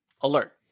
alert